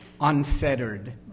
unfettered